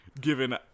given